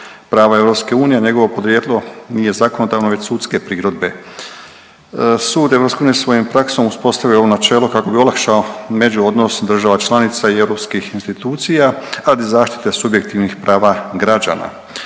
prava EU, njegovo porijeklo nije zakonodavstvo već sudske prirode. Sud EU svojom praksom uspostavio je ovo načelo kako bi olakšao međuodnos država članica i europskih institucija radi zaštite subjektivnih prava građana.